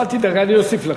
אל תדאג, אני אוסיף לך.